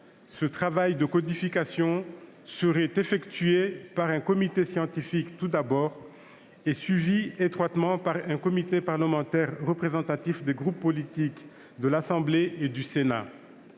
ce travail de codification sera d'abord effectué par un comité scientifique, mais suivi étroitement par un comité parlementaire représentatif des groupes politiques de l'Assemblée nationale